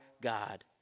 God